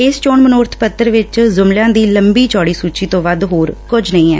ਇਸ ਚੋਣ ਮਨੋਰਥ ਪੱਤਰ ਵਿਚ ਜੁਮਲਿਆਂ ਦੀ ਲੰਮੀ ਚੌੜੀ ਸੁਚੀ ਤੋਂ ਵੱਧ ਹੋਰ ਕੁਝ ਨਹੀਂ ਐ